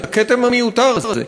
את הכתם המיותר הזה.